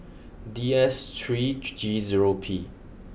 D S three G zero P